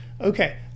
Okay